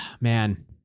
man